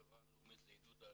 החברה הלאומית לעידוד העלייה,